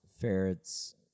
ferrets